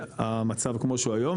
המצב כמו שהוא היום,